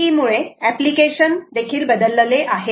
BLE मुळे application बदलले आहेत